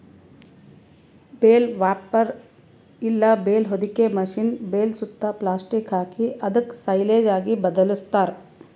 bale wrapper ಇಲ್ಲ bale ಹೊದಿಕೆ machine bale ಸುತ್ತಾ ಪ್ಲಾಸ್ಟಿಕ್ ಹಾಕಿ ಅದುಕ್ ಸೈಲೇಜ್ ಆಗಿ ಬದ್ಲಾಸ್ತಾರ್